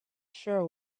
sure